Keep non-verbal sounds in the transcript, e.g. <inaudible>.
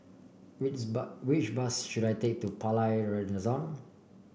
which <unintelligible> which bus should I take to Palais <unintelligible>